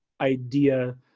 idea